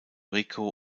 rico